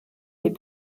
les